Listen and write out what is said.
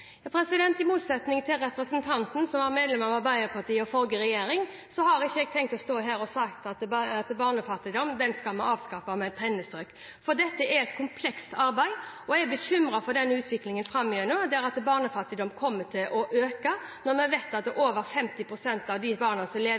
I motsetning til representanten Aukrust – som er medlem av Arbeiderpartiet – og forrige regjering har ikke jeg tenkt å stå her og si at vi skal avskaffe barnefattigdommen med et pennestrøk. For dette er et komplekst arbeid, og jeg er bekymret for utviklingen framover der barnefattigdommen kommer til å øke, og vi vet at over 50 pst. av de barna som lever